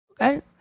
Okay